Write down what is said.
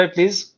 Please